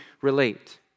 relate